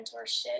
mentorship